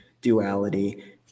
duality